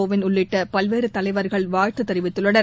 கோவிந்த் உள்ளிட்ட பல்வேறு தலைவர்கள் வாழ்த்து தெரிவித்துள்ளனர்